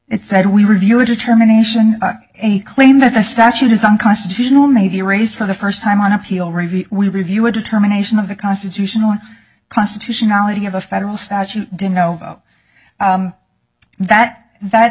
it said we review a determination a claim that the statute is unconstitutional may be raised for the first time on appeal review we review a determination of the constitutional constitutionality of a federal statute didn't know that that